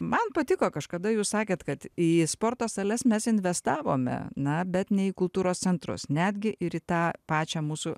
man patiko kažkada jūs sakėt kad į sporto sales mes investavome na bet ne į kultūros centrus netgi ir tą pačią mūsų